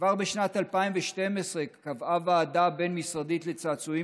כבר בשנת 2012 קבעה ועדה בין-משרדית לצעצועים